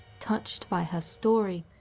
touched by her story,